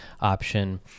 option